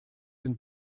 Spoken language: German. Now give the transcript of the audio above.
den